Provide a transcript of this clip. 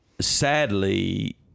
Sadly